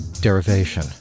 derivation